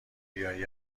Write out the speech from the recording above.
بیاد